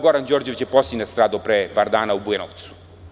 Goran Đorđević je poslednji nastradao, pre par dana u Bujanovcu.